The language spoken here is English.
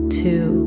two